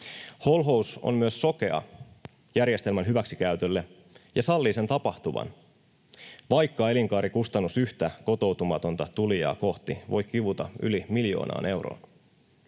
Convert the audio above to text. Holhous on myös sokea järjestelmän hyväksikäytölle ja sallii sen tapahtuvan, vaikka elinkaarikustannus yhtä kotoutumatonta tulijaa kohti voi kivuta yli miljoonaan euroon.